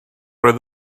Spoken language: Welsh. oedd